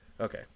Okay